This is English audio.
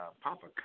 Papa